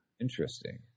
Interesting